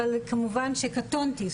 אבל כמובן שקטונתי.